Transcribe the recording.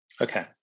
Okay